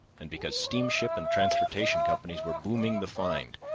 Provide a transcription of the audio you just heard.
and because steamship and transportation companies were booming the find,